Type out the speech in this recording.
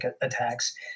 attacks